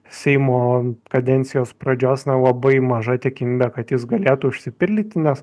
seimo kadencijos pradžios na labai maža tikimybė kad jis galėtų išsipildyti nes